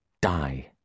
Die